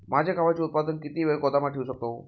माझे गव्हाचे उत्पादन किती वेळ गोदामात ठेवू शकतो?